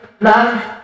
love